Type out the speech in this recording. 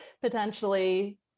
potentially